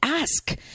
Ask